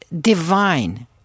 divine